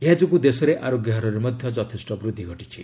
ଏହାଯୋଗୁଁ ଦେଶରେ ଆରୋଗ୍ୟ ହାରରେ ମଧ୍ୟ ଯଥେଷ୍ଟ ବୃଦ୍ଧି ଘଟିଛି